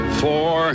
four